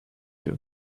you